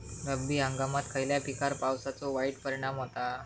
रब्बी हंगामात खयल्या पिकार पावसाचो वाईट परिणाम होता?